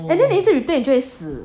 and then 你一直 reply 你就会死